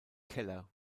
keller